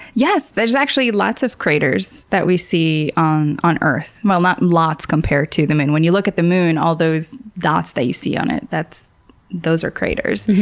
yes! there's actually lots of craters that we see on on earth. well, not lots compared to the moon. when you look at the moon all those dots that you see on it, those are craters.